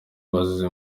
bazize